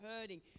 hurting